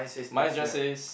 mine just says